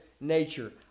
nature